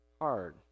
hard